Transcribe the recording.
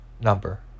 number